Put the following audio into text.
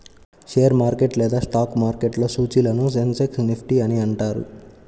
share market లేదా stock మార్కెట్లో సూచీలను సెన్సెక్స్, నిఫ్టీ అని అంటారు